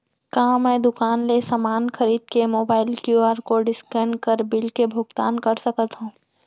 का मैं दुकान ले समान खरीद के मोबाइल क्यू.आर कोड स्कैन कर बिल के भुगतान कर सकथव?